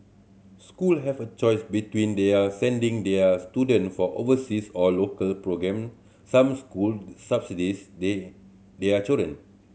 school have a choice between their sending their students for overseas or local programme some school subsidise they their children